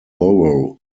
borough